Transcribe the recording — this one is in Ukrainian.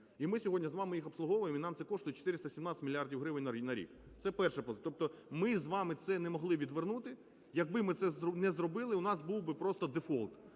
і ми сьогодні з вами їх обслуговуємо, і нам це коштує 417 мільярдів гривень на рік. Це перша позиція. Тобто ми з вами це не могли відвернути, якби ми це не зробили, у нас був би просто дефолт.